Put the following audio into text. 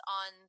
on